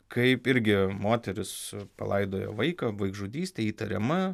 kaip irgi moteris palaidojo vaiką vaikžudystė įtariama